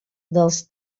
dels